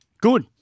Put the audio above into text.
Good